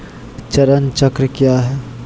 चरण चक्र काया है?